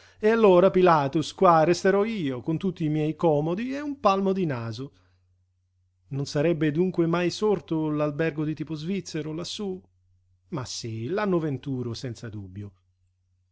e allora pilatus qua resterò io con tutti i miei comodi e un palmo di naso non sarebbe dunque mai sorto l'albergo di tipo svizzero lassù ma sí l'anno venturo senza dubbio